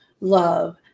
love